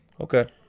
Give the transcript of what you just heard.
Okay